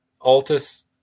Altus